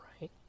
right